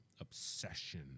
obsession